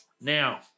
Now